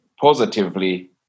positively